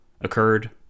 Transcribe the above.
occurred